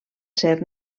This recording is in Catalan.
ser